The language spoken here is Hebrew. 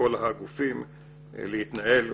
לכל הגופים להתנהל,